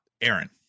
Aaron